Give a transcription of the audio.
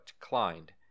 declined